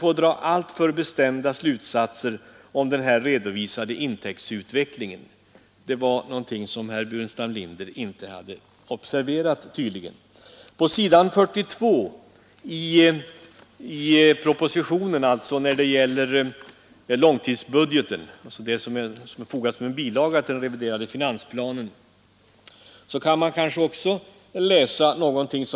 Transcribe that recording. Samtidigt vill man ta bort momsen på vissa livsmedel och väl, förmodar jag, ta bort arbetsgivaravgiften, som man kritiserat så intensivt. Det vore intressant att få höra reservanterna utveckla sina synpunkter på dessa mycket viktiga frågor.